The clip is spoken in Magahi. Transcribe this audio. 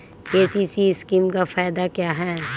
के.सी.सी स्कीम का फायदा क्या है?